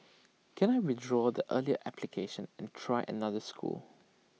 can I withdraw the earlier application and try another school